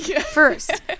first